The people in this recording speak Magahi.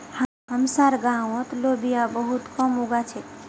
हमसार गांउत लोबिया बहुत कम लोग उगा छेक